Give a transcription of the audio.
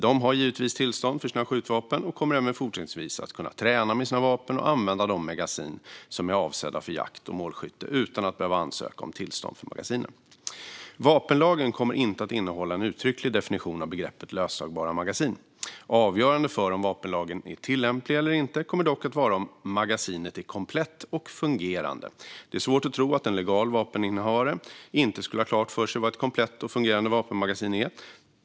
De har givetvis tillstånd för sina skjutvapen och kommer även fortsättningsvis att kunna träna med sina vapen och använda de magasin som är avsedda för jakt och målskytte utan att behöva ansöka om tillstånd för magasinen. Vapenlagen kommer inte att innehålla en uttrycklig definition av begreppet löstagbara magasin. Avgörande för om vapenlagen är tillämplig eller inte kommer dock att vara om magasinet är komplett och fungerande. Det är svårt att tro att legala vapeninnehavare inte skulle ha klart för sig vad ett komplett och fungerande vapenmagasin är.